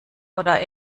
oder